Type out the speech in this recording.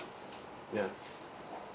ya